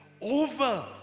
over